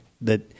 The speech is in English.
that-